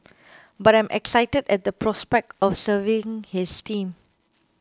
but I'm excited at the prospect of serving this team